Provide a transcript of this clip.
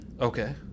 Okay